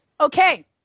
Okay